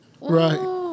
Right